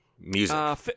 music